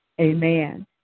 Amen